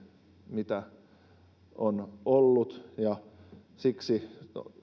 mitä on ollut siksi